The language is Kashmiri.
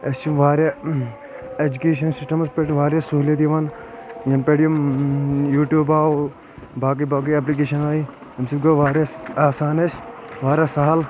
اسہِ چھِ واریاہ اٮ۪جکیشن سسٹمس پٮ۪ٹھ واریاہ سہوٗلیت یِوان ینہٕ پٮ۪تھ یِم یوٗٹیوٗب آو باقٕے باقٕے اٮ۪پلکیشن آیہِ امہِ سۭتۍ گوٚو واریاہ آسان اسہِ واریاہ سہل